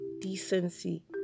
decency